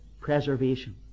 preservation